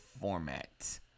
format